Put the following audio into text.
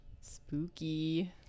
Spooky